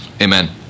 Amen